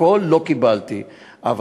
לא קיבלתי את הכול,